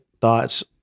thoughts